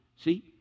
See